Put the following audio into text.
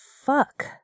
fuck